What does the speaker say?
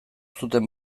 zuten